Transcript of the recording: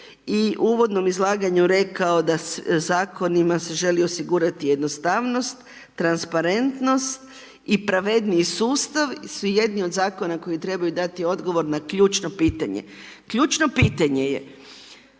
i u uvodnom izlaganju rekao zakonima se želi osigurati jednostavnost, transparentnost i pravedniji sustav su jedni od zakona koji trebaju dat odgovor na ključno pitanje. Ključno pitanje je